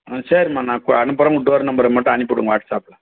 சரிம்மா நான் இப்போ அனுப்புகிறேன் உங்கள் டோர் நம்பரை மட்டும் அனுப்பி விடுங்கள் வாட்சாப்பில்